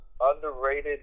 underrated